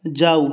जाउ